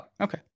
okay